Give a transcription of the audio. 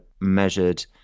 measured